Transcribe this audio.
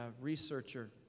researcher